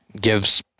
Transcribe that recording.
gives